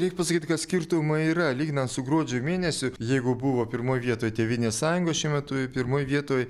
reik pasakyti kad skirtumai yra lyginant su gruodžio mėnesiu jeigu buvo pirmoj vietoj tėvynės sąjunga šiuo metu pirmoj vietoj